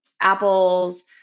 apples